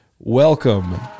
welcome